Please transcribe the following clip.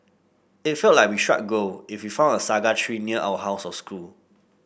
it felt like we shrug gold if we found a saga tree near our house or school